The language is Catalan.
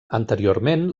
anteriorment